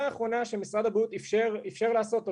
האחרונה שמשרד הבריאות איפשר לעשות אותה,